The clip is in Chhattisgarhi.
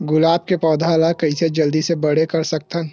गुलाब के पौधा ल कइसे जल्दी से बड़े कर सकथन?